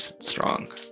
strong